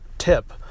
tip